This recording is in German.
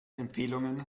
empfehlungen